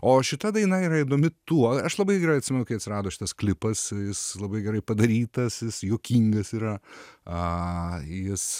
o šita daina yra įdomi tuo aš labai gerai atsimenu kai rado šitas klipas jis labai gerai padarytas ji juokingas yra jis